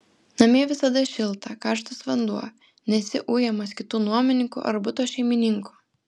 namie visada šilta karštas vanduo nesi ujamas kitų nuomininkų ar buto šeimininkų